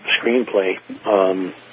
screenplay